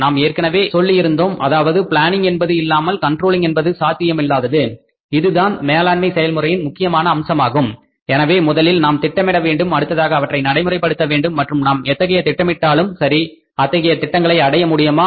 நான் ஏற்கனவே உங்களிடம் சொல்லியிருந்தேன் அதாவது பிளானிங் என்பது இல்லாமல் கண்ட்ரோலிங் என்பது சாத்தியமில்லாதது இதுதான் மேலாண்மை செயல் முறையின் முக்கியமான அங்கமாகும் எனவே முதலில் நாம் திட்டமிட வேண்டும் அடுத்ததாக அவற்றை நடைமுறைப்படுத்த வேண்டும் மற்றும் நாம் எத்தகைய திட்டமிட்டாலும் சரி அத்தகைய திட்டங்களை அடைய முடியுமா